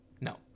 No